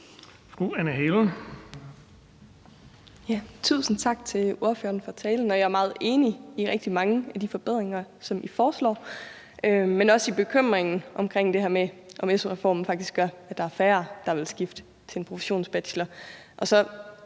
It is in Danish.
Tusind tak til ordføreren for talen. Jeg er meget enig i rigtig mange af de forbedringer, som I foreslår, men også i bekymringen for det her med, om su-reformen faktisk gør, at der er færre, der vil skifte til en professionsbachelor.